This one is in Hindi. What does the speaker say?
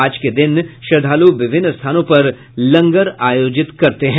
आज के दिन श्रद्वालु विभिन्न स्थानों पर लंगर आयोजित करते हैं